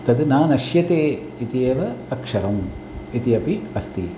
तद् न नश्यते इति एव अक्षरम् इत्यपि अस्ति